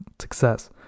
success